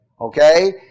Okay